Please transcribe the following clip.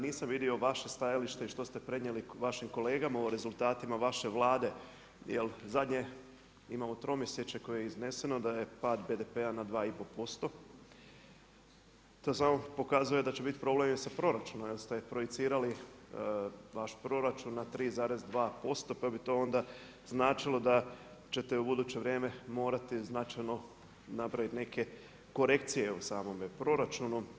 Nisam vidio vaše stajalište i što se prenijeli vašim kolegama o rezultatima vaše Vlade jel zadnje imamo tromjesečje koje je izneseno da je pad BPD-a na 2,5%. to samo pokazuje da će biti problem i sa proračunom jer ste projicirali vaš proračun na 3,2% pa bi to onda značilo da ćete u buduće vrijeme morati značajno napraviti neke korekcije u samome proračunu.